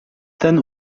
ten